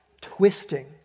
twisting